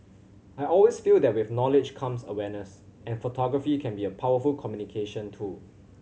I always feel that with knowledge comes awareness and photography can be a powerful communication tool